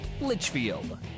Litchfield